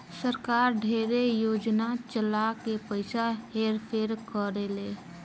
सरकार ढेरे योजना चला के पइसा हेर फेर करेले